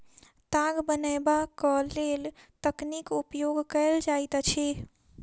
ताग बनयबाक लेल तकलीक उपयोग कयल जाइत अछि